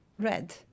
Red